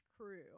crew